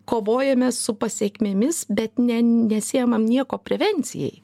kovojame su pasekmėmis bet ne nesiimam nieko prevencijai